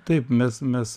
taip mes mes